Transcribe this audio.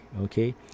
okay